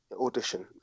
audition